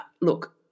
look